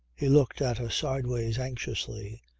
he looked at her sideways anxiously.